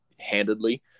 handedly